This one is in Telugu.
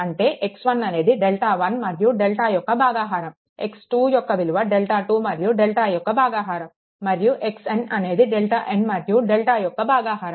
అంటే x1 అనేది డెల్టా1 మరియు డెల్టా యొక్క భాగహారం x2 యొక్క విలువ డెల్టా2 మరియు డెల్టా భాగాహారం మరియు xn అనేది డెల్టాn మరియు డెల్టా యొక్క భాగాహారం